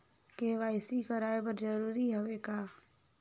KYC कराय बर जरूरी हवे का?